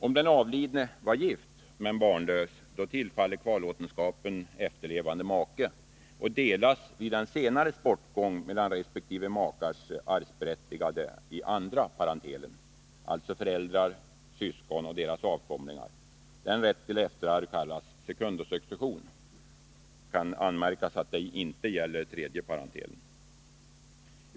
Om den avlidne var gift men barnlös, tillfaller kvarlåtenskapen efterlevande make och delas vid den senares bortgång mellan resp. makes arvsberättigade i andra parentelen, alltså föräldrar, syskon och deras avkomlingar. Denna rätt till efterarv kallas sekundosuccession. Det kan anmärkas att det inte gäller tredje parentelen.